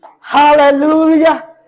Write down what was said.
Hallelujah